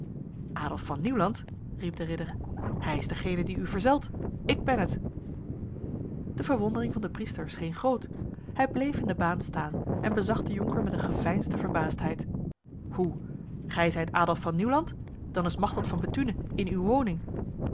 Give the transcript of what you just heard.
adolf van nieuwland riep de ridder hij is degene die u verzelt ik ben het de verwondering van de priester scheen groot hij bleef in de baan staan en bezag de jonker met een geveinsde verbaasdheid hoe gij zijt adolf van nieuwland dan is machteld van bethune in uw woning